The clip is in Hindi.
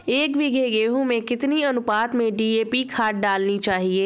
एक बीघे गेहूँ में कितनी अनुपात में डी.ए.पी खाद डालनी चाहिए?